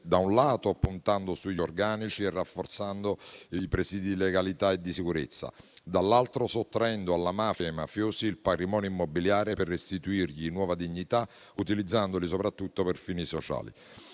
da un lato - puntando sugli organici e rafforzando i presidi di legalità e di sicurezza e - dall'altro - sottraendo alla mafia e ai mafiosi il patrimonio immobiliare per restituirgli nuova dignità, utilizzandolo soprattutto per fini sociali.